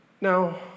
Now